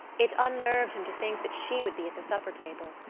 it unnerved him to think that she would be at the supper-table,